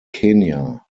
kenya